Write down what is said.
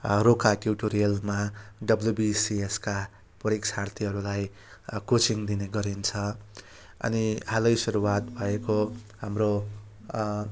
रोका ट्युटोरियलमा डब्लुबिसिएसका परीक्षार्थीहरूलाई कोचिङ दिने गरिन्छ अनि हालै सुरुआत भएको हाम्रो